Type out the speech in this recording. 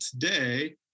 today